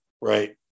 right